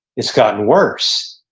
it's gotten worse.